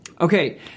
Okay